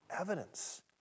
evidence